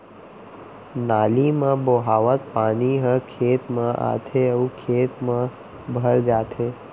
नाली म बोहावत पानी ह खेत म आथे अउ खेत म भर जाथे